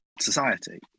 society